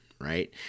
right